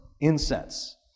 incense